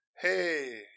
Hey